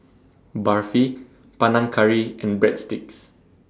Barfi Panang Curry and Breadsticks